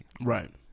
Right